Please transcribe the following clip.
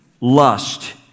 lust